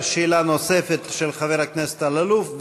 יש שאלה נוספת של חבר הכנסת אלאלוף,